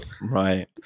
Right